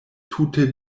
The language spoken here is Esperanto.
tute